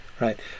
right